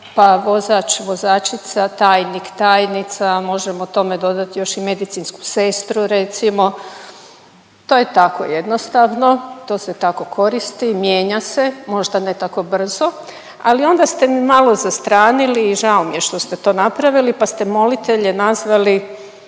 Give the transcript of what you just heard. pa vozač, vozačica, tajnik, tajnica, možemo tome dodati još i medicinsku sestru recimo, to je tako jednostavno, to se tako koristi, mijenja se, možda ne tako brzo, ali onda ste malo zastranili i žao mi je što ste to napravili, pa ste molitelje nazvali